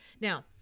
now